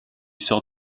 sort